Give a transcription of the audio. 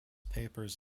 papers